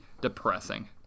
depressing